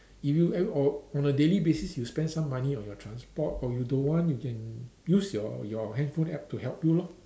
if you end or on a daily basis you spend some money on your transport or you don't want you can use your your handphone App to help you lor